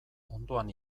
ondoan